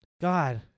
God